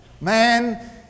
Man